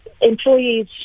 Employees